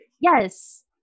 Yes